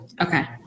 Okay